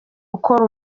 ukora